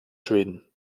schweden